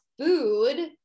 food